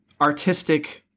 artistic